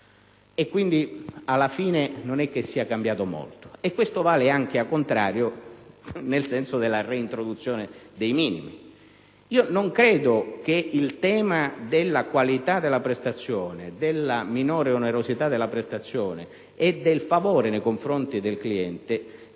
e quindi alla fine non è cambiato molto. Questo vale anche al contrario, rispetto alla reintroduzione dei minimi tariffari. In secondo luogo, non credo che il tema della qualità della prestazione, della minore onerosità della prestazione e del favore nei confronti del cliente